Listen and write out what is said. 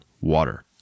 water